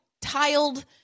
tiled